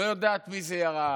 לא יודעת מי זה ירה.